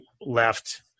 left